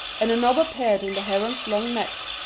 and a knob appeared in the heron's long neck,